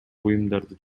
буюмдарды